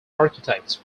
architects